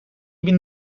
bin